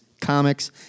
comics